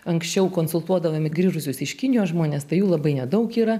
anksčiau konsultuodavome grįžusius iš kinijos žmones tai jų labai nedaug yra